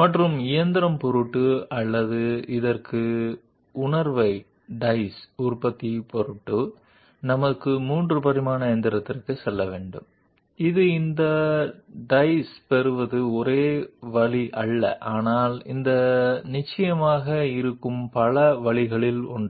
machine చేయడానికి లేదా తయారు చేయడానికి మేము 3 డైమెన్షనల్ మ్యాచింగ్ కోసం వెళ్ళవలసి ఉంటుంది ఈ డైలను పొందడానికి ఇది ఏకైక మార్గం కాదు కానీ ఇది ఖచ్చితంగా మార్గాలలో ఒకటి